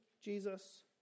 Jesus